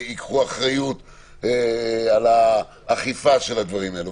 לקחת אחריות על האכיפה של הדברים האלה.